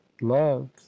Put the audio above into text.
love